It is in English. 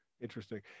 Interesting